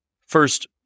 First